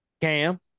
Cam